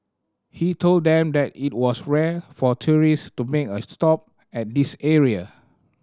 he told them that it was rare for tourist to make a stop at this area